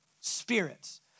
spirits